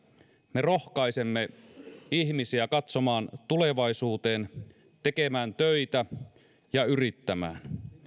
me rohkaisemme ihmisiä katsomaan tulevaisuuteen tekemään töitä ja yrittämään